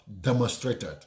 demonstrated